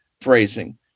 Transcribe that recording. phrasing